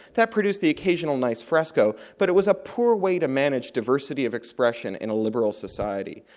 that produced the occasional nice fresco, but it was a poor way to manage diversity of expression in a liberal society.